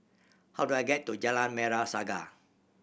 how do I get to Jalan Merah Saga